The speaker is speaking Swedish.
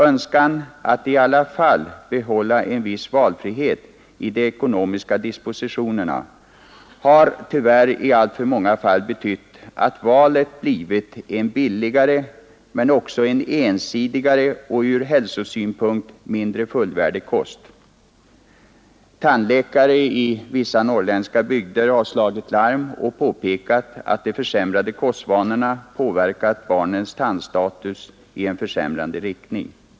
Önskan att i alla fall behålla en viss valfrihet i de ekonomiska dispositionerna har tyvärr i alltför många fall betytt att valet blivit en billigare, men också en ensidigare och ur hälsosynpunkt mindre fullvärdig kost. Tandläkare i vissa norrländska bygder har slagit larm och påpekat att de försämrade kostvanorma påverkat barnens tandstatus i försämrande riktning.